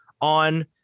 on